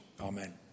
Amen